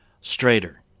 straighter